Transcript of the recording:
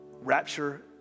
Rapture